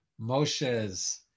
Moshe's